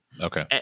okay